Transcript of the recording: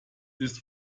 ist